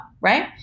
right